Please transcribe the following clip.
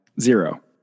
zero